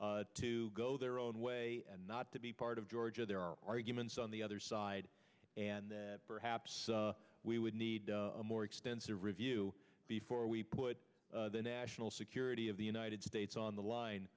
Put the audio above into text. said to go their own way and not to be part of georgia there are arguments on the other side and that perhaps we would need a more extensive review before we put the national security of the united states on the line